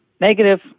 Negative